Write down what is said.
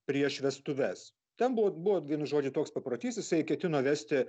prieš vestuves ten buvot buvo vienu žodžiu toks paprotys jisai ketino vesti